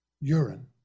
urine